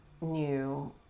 new